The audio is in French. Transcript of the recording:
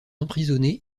emprisonné